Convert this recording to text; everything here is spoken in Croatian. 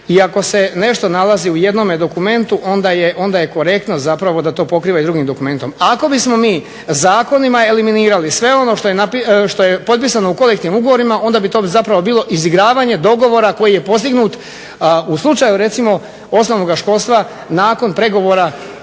i ako se nešto nalazi u jednom dokumentu onda je korektno da to pokriva i drugim dokumentom. Ako bismo mi zakonima eliminirali sve ono što je potpisano u kolektivnim ugovorima, onda bi to bilo izigravanje dogovora koji je postignut u slučaju recimo osnovnog školstva nakon pregovora